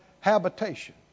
habitation